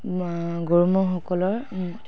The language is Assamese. গৰু ম'হসমূহৰ